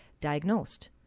diagnosed